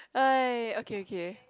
uh okay okay